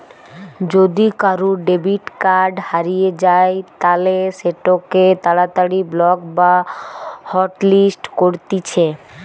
যদি কারুর debit card হারিয়ে যায় তালে সেটোকে তাড়াতাড়ি ব্লক বা হটলিস্ট করতিছে